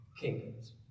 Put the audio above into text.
kingdoms